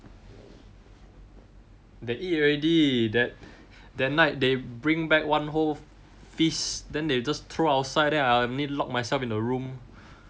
they eat already that that night they bring back one whole feast then they just throw outside then I need lock myself in the room